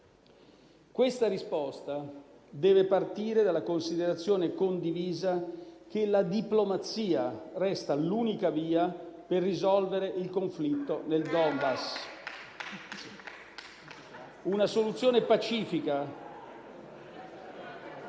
Questa risposta deve partire dalla considerazione condivisa che la diplomazia resta l'unica via per risolvere il conflitto nel Donbass. *(Applausi.